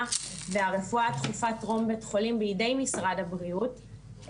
והרפואה הדחופה טרום בית חולים בידי משרד הבריאות,